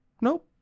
Nope